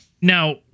Now